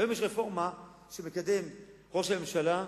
היום יש רפורמה שמקדם ראש הממשלה,